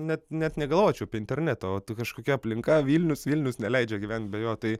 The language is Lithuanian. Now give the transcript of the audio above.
net net negalvočiau apie internetą o kažkokia aplinka vilnius vilnius neleidžia gyvent be jo tai